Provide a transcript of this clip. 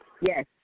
Yes